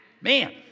Man